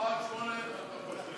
רבותי השרים, חברי חברי